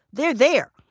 they're there.